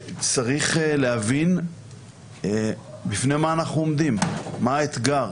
צריך להבין בפני מה אנחנו עומדים, מה האתגר.